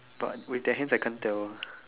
but with the hands I can't tell